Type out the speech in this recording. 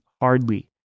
hardly